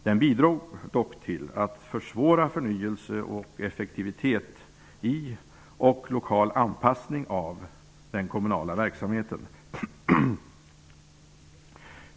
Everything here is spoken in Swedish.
Den bidrog dock till att försvåra förnyelse, effektivisering och lokal anpassning av den kommunala verksamheten.